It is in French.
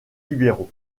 libéraux